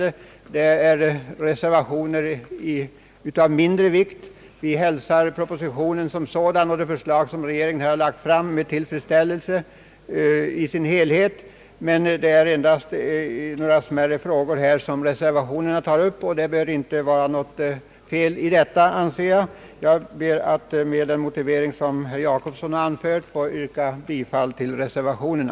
De berör detaljfrågor. Vi hälsar propositionen som sådan och regeringens förslag som helhet med tillfredsställelse. Det är som sagt endast några smärre frågor reservanterna tar upp; och enligt min mening bör det inte vara något fel att man fäster uppmärksamheten på vissa detaljer, som man velat ha en bättre utformning på. Jag ber, herr talman, att med instämmande i herr Jacobssons motivering få yrka bifall till reservationerna.